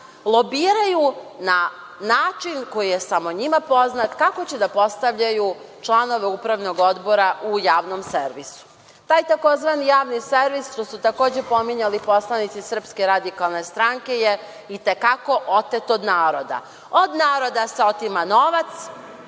lobiraju na način koji je samo njima poznat, kako će da postavljaju članove upravnog odbora u javnom servisu. Taj tzv. javni servis su takođe pominjali poslanici SRS je, i te kako otet od naroda. Od naroda se otima novac